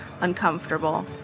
uncomfortable